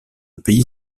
payer